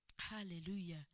Hallelujah